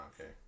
okay